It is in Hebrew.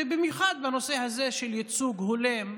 ובמיוחד בנושא הזה של ייצוג הולם,